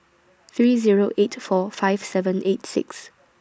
three Zero eight four five seven eight six